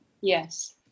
yes